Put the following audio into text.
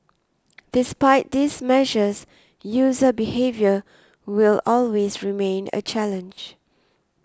despite these measures user behaviour will always remain a challenge